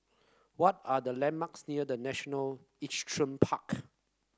what are the landmarks near The National Equestrian Park